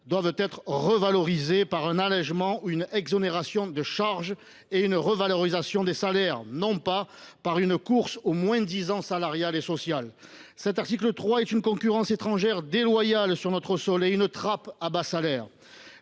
doivent être revalorisés par un allègement ou une exonération de charges et une revalorisation des salaires, non pas par une course au moins disant salarial et social. L’article 3 est une concurrence étrangère déloyale sur notre sol et une trappe à bas salaires.